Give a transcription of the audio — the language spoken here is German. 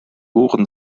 ohren